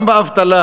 גם באבטלה,